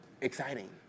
exciting